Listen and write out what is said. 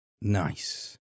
Nice